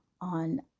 on